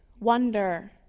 wonder